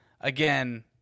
Again